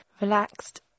relaxed